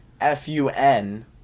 F-U-N